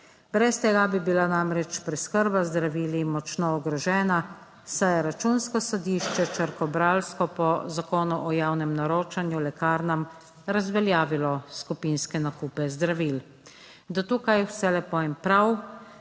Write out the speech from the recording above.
Brez tega bi bila namreč preskrba z zdravili močno ogrožena, saj je Računsko sodišče črkobralsko po zakonu o javnem naročanju lekarnam razveljavilo skupinske nakupe zdravil. Do tukaj vse lepo in prav.